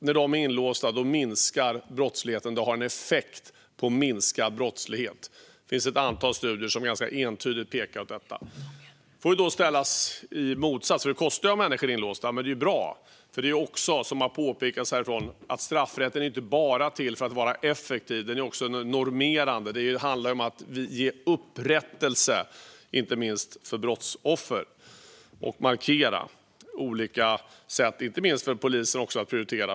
När de är inlåsta minskar brottsligheten. Det har alltså en effekt på minskad brottslighet. Det finns ett antal studier som entydigt pekar på detta. Detta måste ställas mot att det kostar att ha människor inlåsta, även om det är bra. Det här är dock bra för, som någon tidigare påpekade, straffrätten är ju inte bara till för att vara effektiv. Den är också normerande. Det handlar inte minst om att ge upprättelse för brottsoffer. Det handlar även om att på olika sätt markera för bland annat polisen hur man ska prioritera.